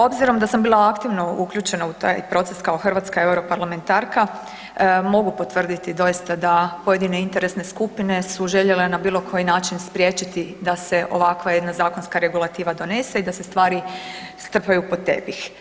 Obzirom da sam bila aktivno uključena u taj proces kao hrvatska europarlamentarka mogu potvrditi doista da pojedine interesne skupine su željele na bilo koji način spriječiti da se ovakva jedna zakonska regulativa donese i da se stvari strpaju pod tepih.